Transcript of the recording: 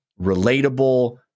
relatable